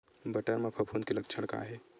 बटर म फफूंद के लक्षण का हे?